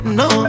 no